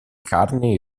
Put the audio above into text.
carne